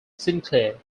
sinclair